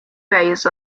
based